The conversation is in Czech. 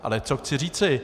Ale co chci říci.